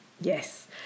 Yes